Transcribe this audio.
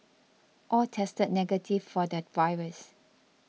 all tested negative for the virus